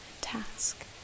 task